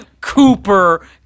Cooper